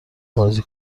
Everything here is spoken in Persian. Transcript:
بازی